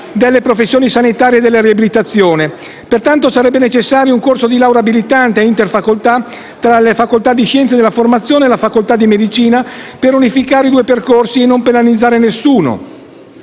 delle professioni sanitarie della riabilitazione. Pertanto sarebbe necessario un corso di laurea abilitante e interfacoltà tra le facoltà di Scienze della formazione e le facoltà di Medicina, per unificare i due percorsi e non penalizzare nessuno.